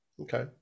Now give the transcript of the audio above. Okay